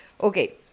Okay